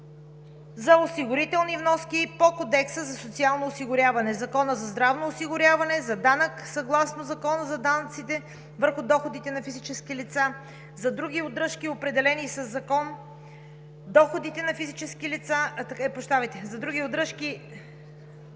за осигурителни вноски по Кодекса за социално осигуряване, Закона за здравното осигуряване, за данък, съгласно Закона за данъците върху доходите на физическите лица, за други удръжки, определени със закон, удръжки по чл.